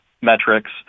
metrics